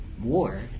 war